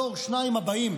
בדור או בשני הדורות הבאים,